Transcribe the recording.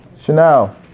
Chanel